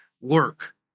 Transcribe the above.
work